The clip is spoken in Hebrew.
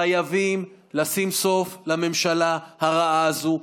חייבים לשים סוף לממשלה הרעה הזו,